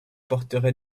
porterai